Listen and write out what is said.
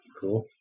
Cool